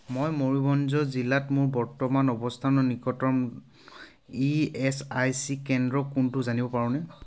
মই ময়ুৰভঞ্জ জিলাত মোৰ বৰ্তমানৰ অৱস্থানৰ নিকটতম ই এছ আই চি কেন্দ্ৰ কোনটো জানিব পাৰোঁনে